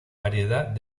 variedad